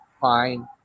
fine